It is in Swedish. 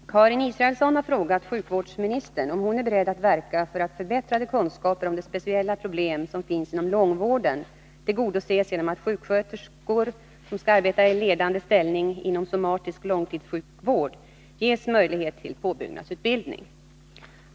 Herr talman! Karin Israelsson har frågat sjukvårdsministern om hon är beredd att verka för att kravet på förbättrade kunskaper om de speciella problem som finns inom långvården tillgodoses genom att sjuksköterskor som skall arbeta i ledande ställning inom somatisk långtidssjukvård ges möjlighet till påbyggnadsutbildning.